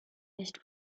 nicht